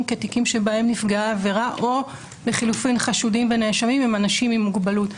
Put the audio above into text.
כתיקים שבהם נפגעה עבירה או לחלופין חשודים ונאשמים הם אנשים עם מוגבלות.